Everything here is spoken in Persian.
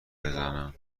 بزنن